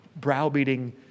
browbeating